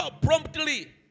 Promptly